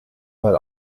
but